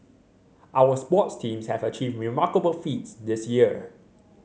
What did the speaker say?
our sports teams have achieved remarkable feats this year